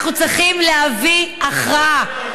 אנחנו צריכים להביא הכרעה.